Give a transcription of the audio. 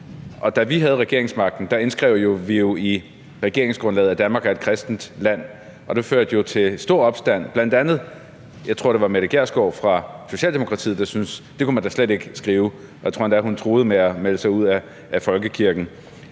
Da vi havde regeringsmagten, indskrev vi i regeringsgrundlaget, at Danmark er et kristent land, og det førte jo til stor opstand – bl.a. Mette Gjerskov fra Socialdemokratiet, tror jeg det var, syntes, at det kunne man da slet ikke skrive. Og jeg tror endda, hun truede med at melde sig ud af folkekirken.